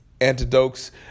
antidotes